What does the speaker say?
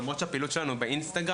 למרות שהפעילות שלנו היא ב"אינסטגרם",